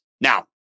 Now